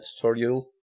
tutorial